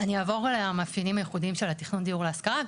אני אעבור על המאפיינים הייחודיים של התכנון דיור להשכרה.